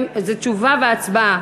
תשובה והצבעה,